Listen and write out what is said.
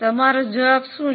તમારો જવાબ શું છે